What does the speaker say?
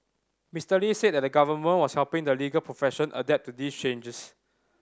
Mister Lee said that the Government was helping the legal profession adapt to these changes